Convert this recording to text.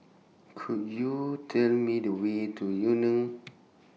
Could YOU Tell Me The Way to Yu Neng